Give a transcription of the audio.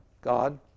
God